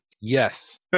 Yes